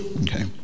okay